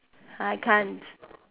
I can't